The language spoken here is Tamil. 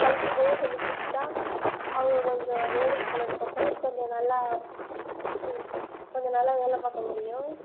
படிக்கும்போதே சொல்லிக் கொடுத்துட்டா அவங்க கொஞ்சம் வேலைக்கு போனதுக்கு அப்புறம் கொஞ்சம் நல்லா இ கொஞ்சம் நல்லா வேலை பார்க்க முடியும்